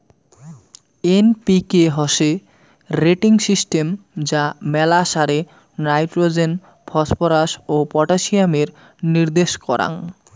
NPK হসে rating system যা মেলা সারে নাইট্রোজেন, ফসফরাস ও পটাসিয়ামের নির্দেশ কারাঙ